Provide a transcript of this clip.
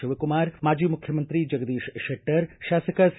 ಶಿವಕುಮಾರ್ ಮಾಜಿ ಮುಖ್ಯಮಂತ್ರಿ ಜಗದೀಶ್ ಶೆಟ್ಟರ್ ಶಾಸಕ ಸಿ